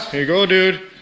you go dude.